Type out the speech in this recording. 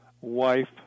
wife